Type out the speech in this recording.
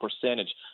percentage